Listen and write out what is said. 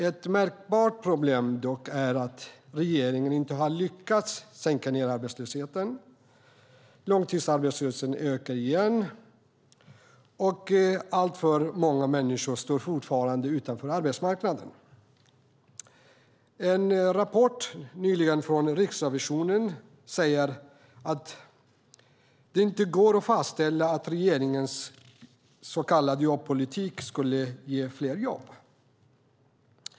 Ett märkbart problem är dock att regeringen inte har lyckats sänka arbetslösheten. Långtidsarbetslösheten ökar igen. Alltför många människor står fortfarande utanför arbetsmarknaden. En rapport från Riksrevisionen som kom nyligen säger att det inte går att fastställa att regeringens så kallade jobbpolitik skulle ge fler jobb.